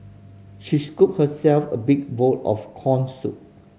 she scooped herself a big bowl of corn soup